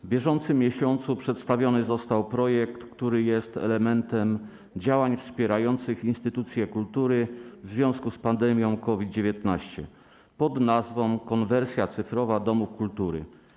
W bieżącym miesiącu przedstawiony został projekt, który jest elementem działań wspierających instytucje kultury w związku z pandemią COVID-19 pn. „Konwersja cyfrowa domów kultury”